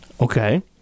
Okay